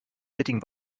sitting